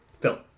Phil